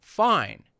fine